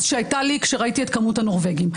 שהייתה לי כשראיתי את כמות הנורבגים.